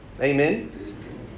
Amen